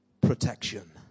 Protection